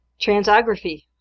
transography